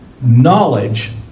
knowledge